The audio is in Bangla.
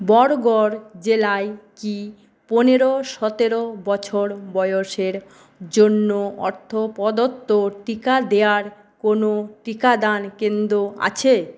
বরগড় জেলায় কি পনেরো সতেরো বছর বয়সের জন্য অর্থ প্রদত্ত টিকা দেওয়ার কোনও টিকাদান কেন্দ্র আছে